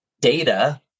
data